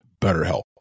BetterHelp